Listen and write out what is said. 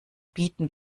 bieten